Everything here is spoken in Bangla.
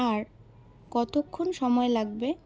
আর কতক্ষণ সময় লাগবে